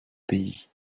pays